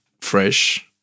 fresh